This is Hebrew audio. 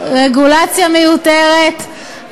רגולציה מיותרת,